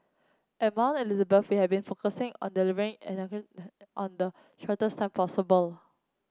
at Mount Elizabeth we have been focusing on delivering an and shortest possible